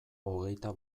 hogeita